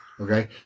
Okay